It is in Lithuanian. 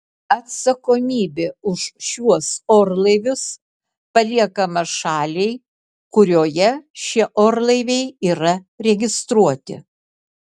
atsakomybė už šiuos orlaivius paliekama šaliai kurioje šie orlaiviai yra registruoti